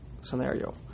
scenario